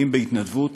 ואם בהתנדבות,